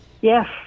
yes